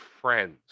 friends